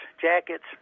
jackets